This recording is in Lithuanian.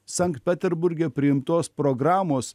sankt peterburge priimtos programos